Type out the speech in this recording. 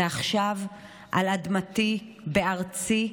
ועכשיו על אדמתי, בארצי,